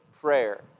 prayer